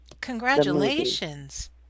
Congratulations